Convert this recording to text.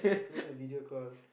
just a video call